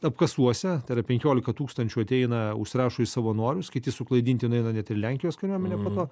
apkasuose tai yra penkiolika tūkstančių ateina užsirašo į savanorius kiti suklaidinti nueina net ir lenkijos kariuomenė po to